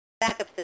backup